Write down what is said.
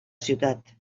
ciutat